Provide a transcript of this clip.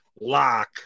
lock